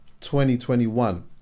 2021